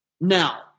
Now